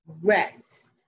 rest